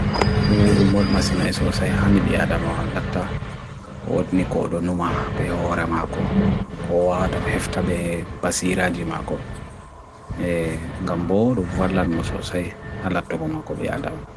woor mood masinai sosai hany biyadama. Latta oot ni koodo numa be hoorama ko, ko oot o hefta be basira jima ko, e gambor woor walad mo sosai halatto ko mako biyadama.